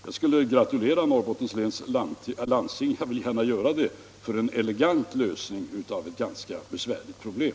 Jag vill gärna gratulera Norrbottens läns landsting för en elegant lösning av ett ganska besvärligt problem.